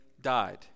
died